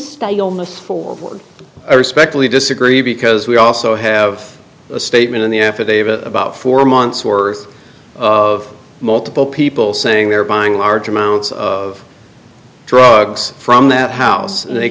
staleness forward i respectfully disagree because we also have a statement in the affidavit about four months worth of multiple people saying they're buying large amounts of drugs from that house and they